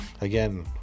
again